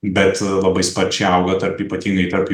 bet labai sparčiai auga tarp ypatingai tarp